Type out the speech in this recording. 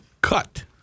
cut